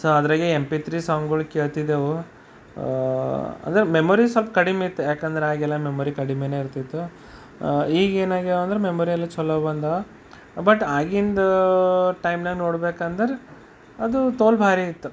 so ಅದ್ರಗೆ M P three ಸಾಂಗ್ಗಳು ಕೇಳ್ತಿದ್ದೆವು ಅದ್ರಾಗ ಮೆಮೊರಿ ಸ್ವಲ್ಪ ಕಡಿಮೆ ಇತ್ತು ಏಕೆಂದ್ರೆ ಆಗೆಲ್ಲ ಮೆಮೊರಿ ಕಡಿಮೆನೇ ಇರ್ತಿತ್ತು ಈಗ ಏನಾಗ್ಯಾವಂದ್ರ ಮೆಮೊರಿ ಎಲ್ಲ ಚಲೋ ಬಂದಾವ ಬಟ್ ಆಗಿಂದು ಟೈಮ್ನಾಗ ನೋಡ್ಬೇಕಂದರೆ ಅದು ತೋಲ್ ಭಾರಿ ಇತ್ತು